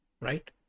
Right